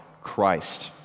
Christ